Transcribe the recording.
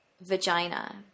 vagina